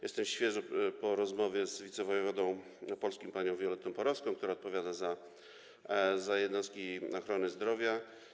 Jestem świeżo po rozmowie z wicewojewodą opolską panią Violettą Porowską, która odpowiada za jednostki ochrony zdrowia.